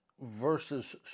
versus